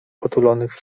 otulonych